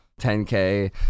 10K